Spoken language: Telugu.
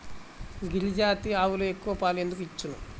గిరిజాతి ఆవులు ఎక్కువ పాలు ఎందుకు ఇచ్చును?